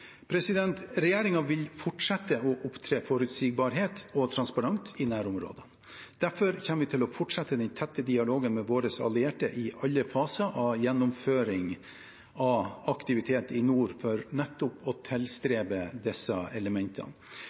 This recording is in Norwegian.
vil fortsette å opptre forutsigbart og transparent i nærområdene. Derfor kommer vi til å fortsette den tette dialogen med våre allierte i alle faser av gjennomføring av aktivitet i nord, for nettopp å tilstrebe disse elementene.